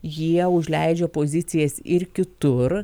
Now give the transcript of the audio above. jie užleidžia pozicijas ir kitur